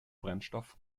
brennstoff